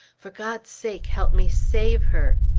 for god's sake, help me save her!